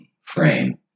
frame